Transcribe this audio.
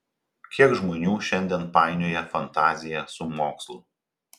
kiek žmonių šiandien painioja fantaziją su mokslu